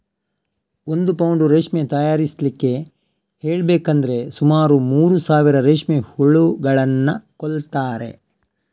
ಒಂದು ಪೌಂಡ್ ರೇಷ್ಮೆ ತಯಾರಿಸ್ಲಿಕ್ಕೆ ಹೇಳ್ಬೇಕಂದ್ರೆ ಸುಮಾರು ಮೂರು ಸಾವಿರ ರೇಷ್ಮೆ ಹುಳುಗಳನ್ನ ಕೊಲ್ತಾರೆ